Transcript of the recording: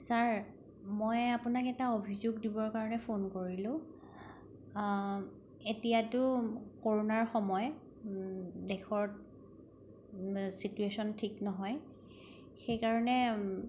sir মই আপোনাক এটা অভিযোগ দিবৰ কাৰণে ফোন কৰিলোঁ এতিয়াতো কৰোণাৰ সময় দেশত চিটোৱেশ্বন ঠিক নহয় সেইকাৰণে